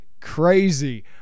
crazy